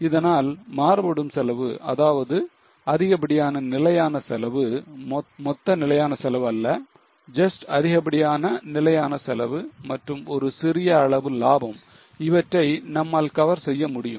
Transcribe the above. இதனால் மாறுபடும் செலவு ஏதாவது அதிகப்படியான நிலையான செலவு மொத்த நிலையான செலவு அல்ல just அதிகப்படியான நிலையான செலவு மற்றும் ஒரு சிறிய அளவு லாபம் இவற்றை நம்மால் cover செய்ய முடியும்